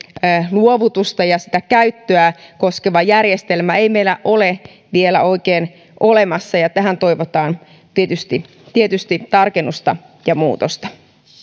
luovutusta ja niiden käyttöä koskevaa järjestelmää ei meillä ole vielä oikein olemassa ja tähän toivotaan tietysti tietysti tarkennusta ja muutosta